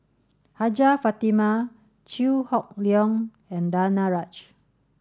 Hajjah Fatimah Chew Hock Leong and Danaraj